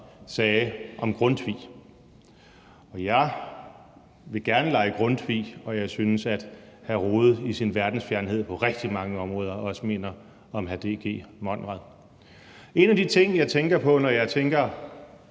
sagde om Grundtvig. Jeg vil gerne lege Grundtvig, og jeg synes, at hr. Jens Rohde i sin verdensfjernhed på rigtig mange områder også minder om hr. D.G. Monrad. En af de ting, jeg tænker på, når jeg tænker